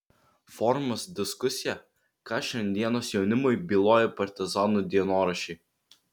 forumas diskusija ką šiandienos jaunimui byloja partizanų dienoraščiai